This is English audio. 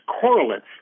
correlates